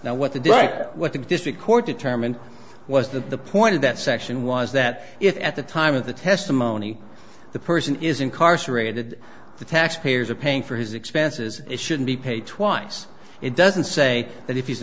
now what the drug what the district court determined was that the point of that section was that if at the time of the testimony the person is incarcerated the taxpayers are paying for his expenses should be paid twice it doesn't say that if he's